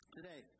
today